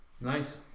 nice